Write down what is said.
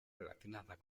relacionadas